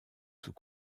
sous